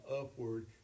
upward